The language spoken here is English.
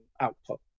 output